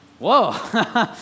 whoa